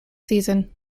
season